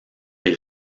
les